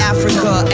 Africa